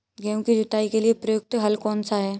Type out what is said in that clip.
गेहूँ की जुताई के लिए प्रयुक्त हल कौनसा है?